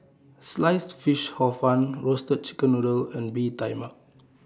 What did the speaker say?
Sliced Fish Hor Fun Roasted Chicken Noodle and Bee Tai Mak